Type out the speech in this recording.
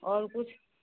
आओर किछु